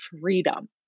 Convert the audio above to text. freedom